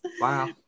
wow